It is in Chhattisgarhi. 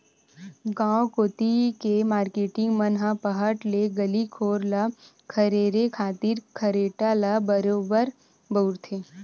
गांव कोती के मारकेटिंग मन ह पहट ले गली घोर ल खरेरे खातिर खरेटा ल बरोबर बउरथे